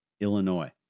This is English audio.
illinois